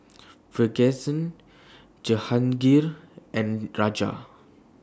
Verghese Jehangirr and Raja